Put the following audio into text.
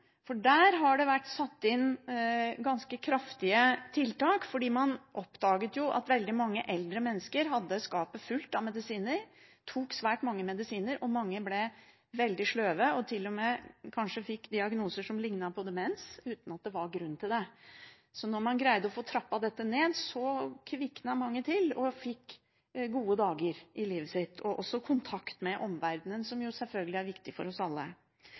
for der har det vært satt inn ganske kraftige tiltak, fordi man oppdaget at veldig mange eldre mennesker hadde skapet fullt av medisiner, tok svært mange medisiner, og mange ble veldig sløve – og fikk kanskje til og med diagnoser som lignet på demens, uten at det var grunn til det. Så når man greide å få trappet dette ned, kviknet mange til og fikk gode dager i livet sitt og også kontakt med omverdenen, som jo selvfølgelig er viktig for oss alle.